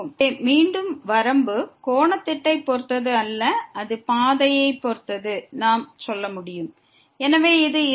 எனவே மீண்டும் வரம்பு கோண த்திட்டைப் பொறுத்தது அல்லது அது பாதையைப் பொறுத்தது என்று நாம் சொல்ல முடியும் எனவே இது இல்லை